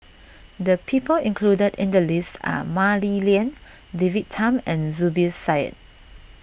the people included in the list are Mah Li Lian David Tham and Zubir Said